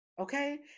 okay